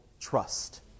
trust